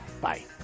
Bye